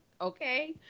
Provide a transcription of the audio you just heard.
okay